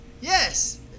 Yes